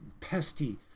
pesty